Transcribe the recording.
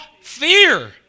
fear